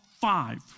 five